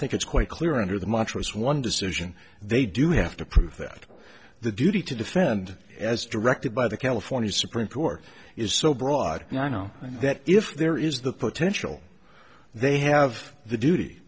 think it's quite clear under the mattress one decision they do have to prove that the duty to defend as directed by the california supreme court is so broad that if there is the potential they have the duty